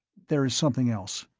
there is something else.